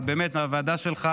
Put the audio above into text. באמת, מהוועדה שלך